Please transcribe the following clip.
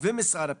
ומשרד הפנים,